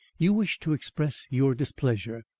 you wish to express your displeasure,